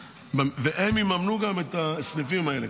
והם יממנו גם את הסניפים האלה.